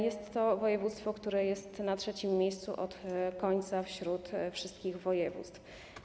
Jest to województwo, które jest na trzecim miejscu od końca wśród wszystkich województw.